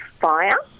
fire